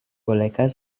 bolehkah